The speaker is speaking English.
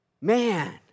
man